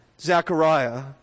Zechariah